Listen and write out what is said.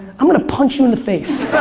i'm going to punch you in the face.